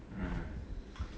mmhmm